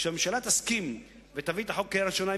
כשהממשלה תסכים ותביא את החוק לקריאה ראשונה,